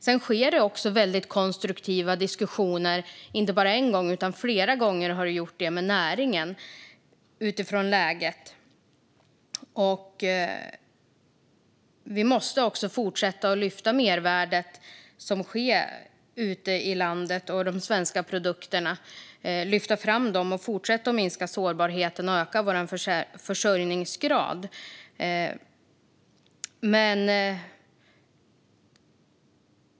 Det har också skett väldigt konstruktiva diskussioner, inte bara en gång utan flera gånger, med näringen utifrån läget. Vi måste också fortsätta att lyfta fram det mervärde som skapas ute i landet när det gäller de svenska produkterna och lyfta fram dem och fortsätta att minska sårbarheten och öka vår försörjningsgrad.